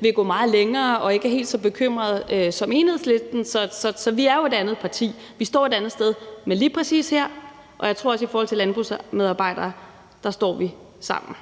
vil gå meget længere og ikke er helt så bekymrede som Enhedslisten. Vi er jo et andet parti, og vi står et andet sted, men lige præcis her og også i forhold til landbrugsmedarbejdere, tror jeg, står vi sammen.